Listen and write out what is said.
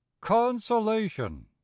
Consolation